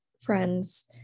friends